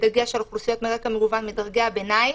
בדגש על אוכלוסיות מרקע מגוון מדרגי הביניים,